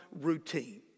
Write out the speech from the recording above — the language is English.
routine